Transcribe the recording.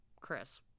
Chris